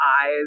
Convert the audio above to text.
eyes